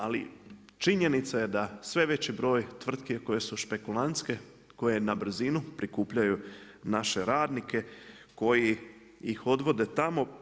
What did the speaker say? Ali činjenica je da sve veći broj tvrtki koje su špekulantske, koje na brzinu prikupljaju naše radnike koji ih odvode tamo.